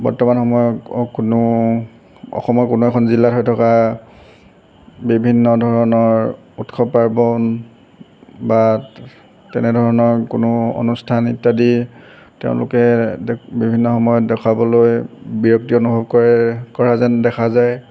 বৰ্তমান সময়ত কোনো অসমৰ কোনো এখন জিলাত হৈ থকা বিভিন্ন ধৰণৰ উৎসৱ পাৰ্বন বা তেনেধৰণৰ কোনো অনুষ্ঠান ইত্যাদিৰ তেওঁলোকে বিভিন্ন সময়ত দেখাবলৈ বিৰক্তি অনুভৱ কৰে কৰা যেন দেখা যায়